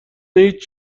هیچ